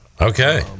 Okay